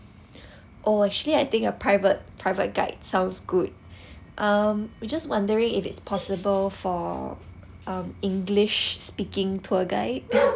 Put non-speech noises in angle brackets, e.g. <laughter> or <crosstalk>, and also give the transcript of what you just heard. oh actually I think a private private guide sounds good um we just wondering if it's possible for um english speaking tour guide <noise>